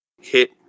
hit